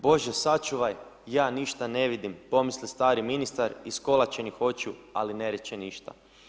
Bože sačuvaj, ja ništa ne vidim, pomisli stari ministar iskolačenih očiju, ali ne reče ništa.